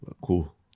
Cool